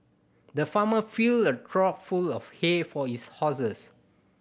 the farmer filled a trough full of hay for his horses